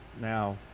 Now